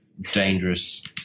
dangerous